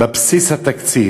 בבסיס התקציב.